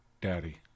Daddy